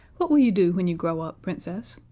what will you do when you grow up, princess?